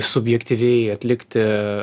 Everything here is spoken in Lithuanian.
subjektyviai atlikti